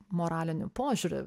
moraliniu požiūriu